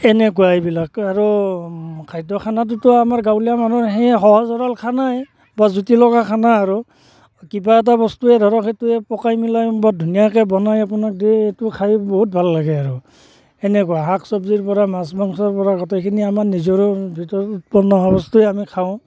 এনেকুৱা এইবিলাক আৰু খাদ্য খানাটোতো আমাৰ গাঁৱলীয়া মানুহে সেই সহজ সৰল খানাই বৰ জুতি লগা খানা আৰু কিবা এটা বস্তুৱে ধৰক সেইটোৱে পকাই মিলাই বৰ ধুনীয়াকৈ বনাই আপোনাক দিয়ে সেইটো খাই বহুত ভাল লাগে আৰু সেনেকুৱা শাক চব্জিৰ পৰা মাছ মাংসৰ পৰা গোটেইখিনি আমাৰ নিজৰ ভিতৰত উৎপন্ন হোৱা বস্তুৱেই আমি খাওঁ